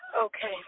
Okay